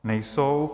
Nejsou.